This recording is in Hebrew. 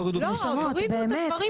באמת,